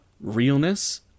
realness